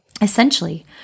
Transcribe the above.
Essentially